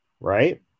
right